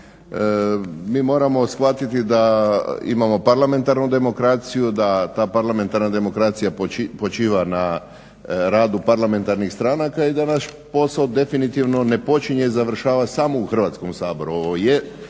Mi moramo shvatiti da imamo parlamentarnu demokraciju. Da ta parlamentarna demokracija počiva na radu parlamentarnih stranaka i da naš posao definitivno ne počinje i završava samo u Hrvatskom saboru.